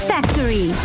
Factory